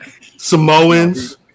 Samoans